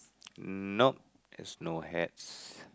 mm nope it's no hats